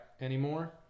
anymore